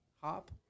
hop